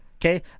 Okay